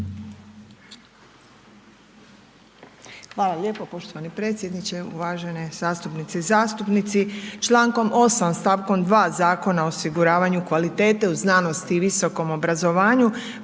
Hvala lijepo poštovani predsjedniče uvažene zastupnice i zastupnici. Člankom 8. stavkom 2 Zakona o osiguravanju kvalitete u znanosti i visokom obrazovanju,